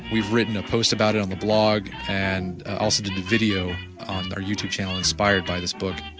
we've written a post about it on the blog and also did a video on our youtube channel inspired by this book.